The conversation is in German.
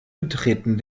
betreten